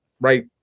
right